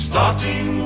Starting